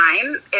time